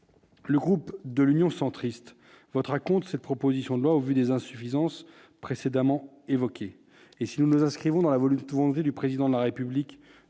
Le groupe de l'Union centriste, votera contre cette proposition de loi, au vu des insuffisances précédemment évoqués, et si nous nous inscrivons dans la volupté tout du président de la République